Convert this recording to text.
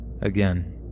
Again